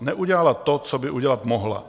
Neudělala to, co by udělat mohla.